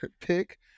pick